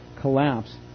collapse